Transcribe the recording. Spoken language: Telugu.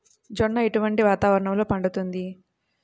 జొన్న ఎటువంటి వాతావరణంలో పండుతుంది?